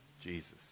Jesus